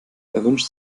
erwünscht